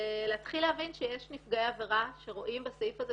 ולהתחיל להבין שיש נפגעי עבירה שרואים בסעיף הזה